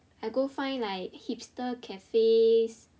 I go find like hipster cafes